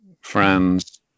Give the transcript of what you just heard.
friends